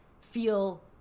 feel